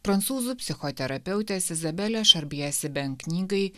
prancūzų psichoterapeutės izabelės šarbie siben knygai